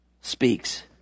speaks